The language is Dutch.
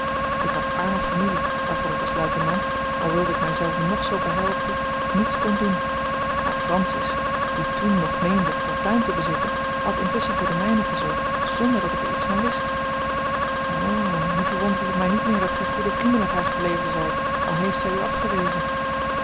ik had arme familie waarvoor ik als luitenant al wilde ik mij zelven nog zoo behelpen niets kon doen maar francis die toen nog meende fortuin te bezitten had intusschen voor de mijnen gezorgd zonder dat ik er iets van wist o nu verwondert het mij niet meer dat gij goede vrienden met haar gebleven zijt al heeft zij u afgewezen